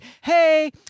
hey